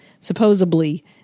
supposedly